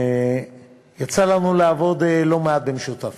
יצא לנו לעבוד לא מעט במשותף,